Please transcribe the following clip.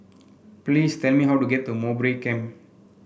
please tell me how to get to Mowbray Camp